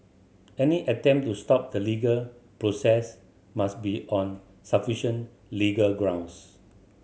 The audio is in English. any attempt to stop the legal process must be on sufficient legal grounds